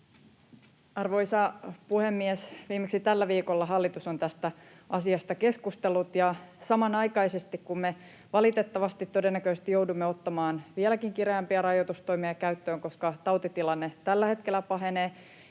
Arvoisa puhemies! Viimeksi tällä viikolla hallitus on tästä asiasta keskustellut. Ja samanaikaisesti, kun me valitettavasti todennäköisesti joudumme ottamaan vieläkin kireämpiä rajoitustoimia käyttöön, koska tautitilanne tällä hetkellä pahenee,